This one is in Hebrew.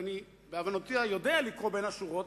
ואני יודע לקרוא בין השורות,